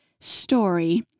story